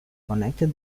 connected